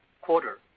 quarter